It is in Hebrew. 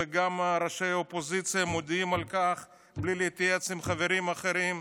וגם ראשי האופוזיציה מודיעים על כך בלי להתייעץ עם חברים אחרים.